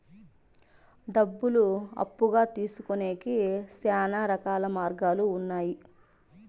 డబ్బులు అప్పుగా తీసుకొనేకి శ్యానా రకాల మార్గాలు ఉన్నాయి